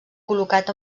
col·locat